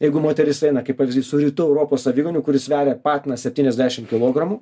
jeigu moteris eina kaip pavyzdys su rytų europos aviganiu kuris sveria patinas septyniasdešim kilogramų